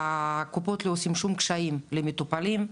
הקופות לא עושים שום קשיים למטופלים,